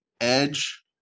edge